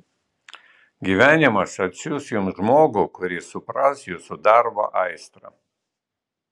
gyvenimas atsiųs jums žmogų kuris supras jūsų darbo aistrą